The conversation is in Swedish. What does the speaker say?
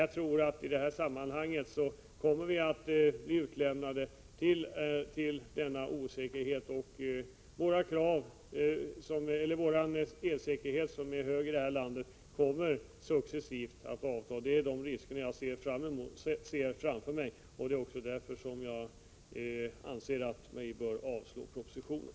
Jag tror att vi i det här sammanhanget kommer att bli utlämnade till denna osäkerhet. Vår elsäkerhet, som är stor, kommer successivt att avta. Det är de riskerna jag ser framför mig. Det är också därför som jag anser att vi bör avslå propositionen.